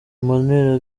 emmanuel